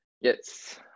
Yes